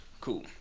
Cool